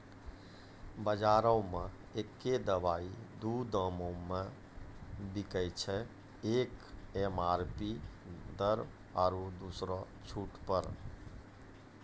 बजारो मे एक्कै दवाइ दू दामो मे बिकैय छै, एक एम.आर.पी दर आरु दोसरो छूट पर